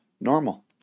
normal